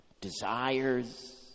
desires